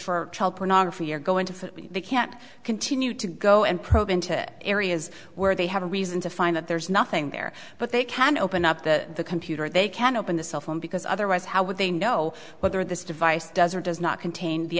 for child pornography or go into the can't continue to go and probe into areas where they have a reason to find that there's nothing there but they can open up the computer they can open the cell phone because otherwise how would they know whether this device does or does not contain the